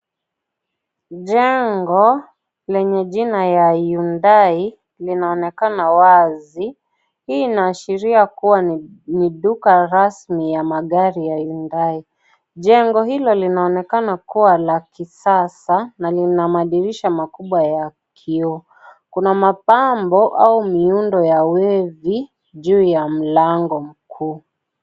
Jengo lenye jina ya Hyundai linaonekana wazi, hii inaashiria kuwa ni duka rasmi ya magari ya Hyundai. Jengo Hilo linaonekana kuwa la kisasa na lina madirisha makubwa ya kioo. Kuna mapambo au miundo ya wevi juu ya mlango huu.